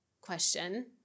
question